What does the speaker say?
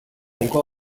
igo